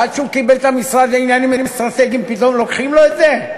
עד שהוא קיבל את המשרד לעניינים אסטרטגיים פתאום לוקחים לו את זה?